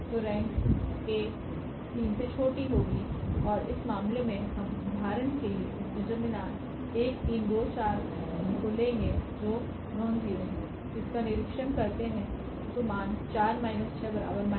तोरेंक 𝐴 3और इस मामले में हम उदाहरण के लिए इस डिटरमिनेंट का भी निरीक्षण करते हैं तो मान 4 6 2